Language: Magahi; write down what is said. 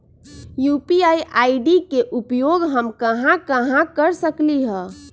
यू.पी.आई आई.डी के उपयोग हम कहां कहां कर सकली ह?